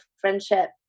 friendship